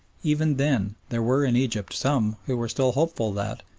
even then there were in egypt some who were still hopeful that,